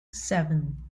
seven